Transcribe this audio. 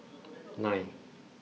nine